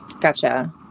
Gotcha